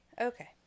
Okay